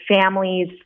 families